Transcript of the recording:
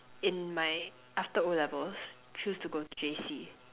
in my after o levels choose to go to J_C